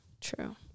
true